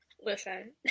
Listen